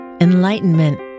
enlightenment